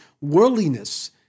worldliness